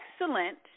excellent